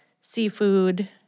seafood